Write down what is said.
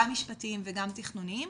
גם משפטיים וגם תכנוניים,